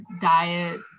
diet